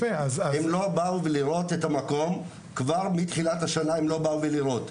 יפה אז -- הם לא באו לראות את המקום כבר מתחילת השנה הם לא באו לראות,